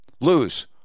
lose